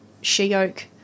she-oak